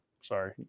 Sorry